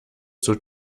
zur